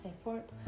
effort